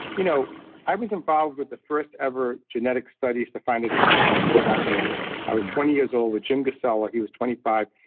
you know i was involved with the first ever genetic studies to find a disease gene back when i was twenty years old with jim gusella, he was twenty five.